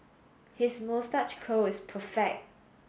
his moustache curl is perfect